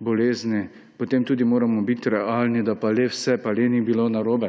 bolezni, potem tudi moramo biti realni, da vse pa le ni bilo narobe.